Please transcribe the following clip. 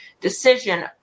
decision